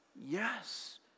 Yes